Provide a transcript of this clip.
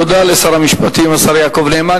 תודה לשר המשפטים, השר יעקב נאמן.